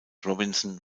robinson